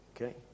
okay